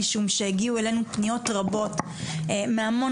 משום שהגיעו אלינו פניות רבות מהמון